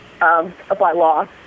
bylaw